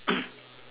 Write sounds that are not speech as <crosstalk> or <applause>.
<coughs>